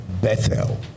Bethel